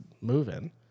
moving